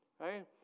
Right